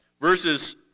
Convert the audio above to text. verses